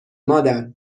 مادر